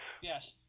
Yes